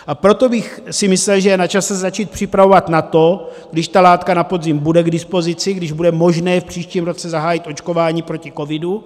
A proto bych si myslel, že je načase se začít připravovat na to, když ta látka na podzim bude k dispozici, když bude možné v příštím roce zahájit očková proti covidu.